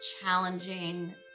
challenging